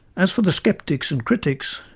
as for the sceptics and critics,